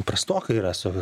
prastokai yra su